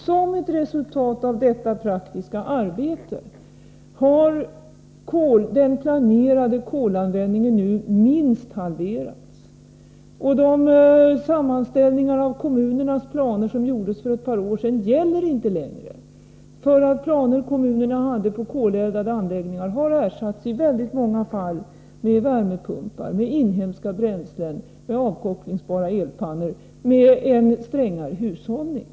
Som ett resultat av detta praktiska arbete har den planerade kolanvändningen nu minst halverats. De sammanställningar av kommunernas planer som gjordes för ett par år sedan gäller inte längre. De koleldade anläggningar som kommunerna hade planer på har nämligen i väldigt många fall ersatts med värmepumpar, med anläggningar för inhemska bränslen, med avkopplingsbara elpannor och med en strängare hushållning.